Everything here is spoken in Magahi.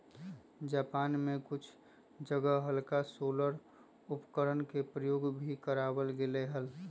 जापान में कुछ जगह हल्का सोलर उपकरणवन के प्रयोग भी करावल गेले हल